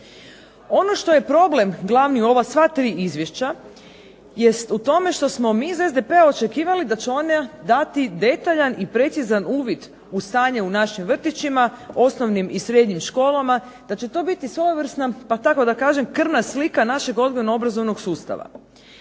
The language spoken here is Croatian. Ono što je problem glavni u ova sva 3 izvješća jest u tome što smo mi iz SDP-a očekivali da će ona dati detaljan i precizan uvid u stanje u našim vrtićima, osnovnim i srednjim školama da će to biti svojevrsna, pa tako da kažem, krvna slika našeg odgojno-obrazovnog sustava.